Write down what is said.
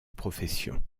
profession